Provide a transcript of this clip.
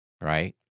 right